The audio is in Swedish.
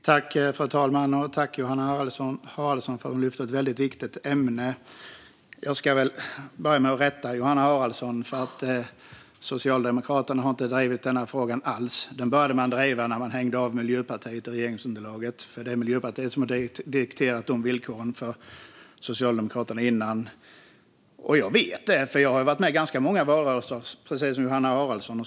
Fru talman! Tack, Johanna Haraldsson, för att du lyfter ett väldigt viktigt ämne! Jag ska börja med att rätta Johanna Haraldsson. Socialdemokraterna har inte drivit denna fråga alls. Den började man driva när man hade hängt av Miljöpartiet i regeringsunderlaget. Tidigare var det Miljöpartiet som dikterade villkoren för Socialdemokraterna. Jag vet det, för precis som Johanna Haraldsson har jag varit med i ganska många valrörelser.